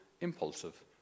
impulsive